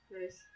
Nice